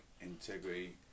integrity